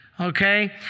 okay